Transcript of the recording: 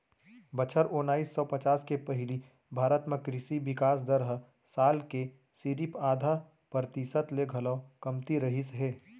बछर ओनाइस सौ पचास के पहिली भारत म कृसि बिकास दर हर साल के सिरिफ आधा परतिसत ले घलौ कमती रहिस हे